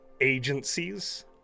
agencies